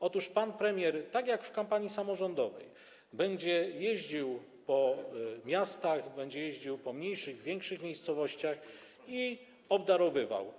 Otóż pan premier, tak jak w czasie kampanii samorządowej, będzie jeździł po miastach, będzie jeździł po mniejszych, większych miejscowościach i obdarowywał.